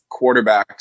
quarterbacks